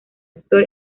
actor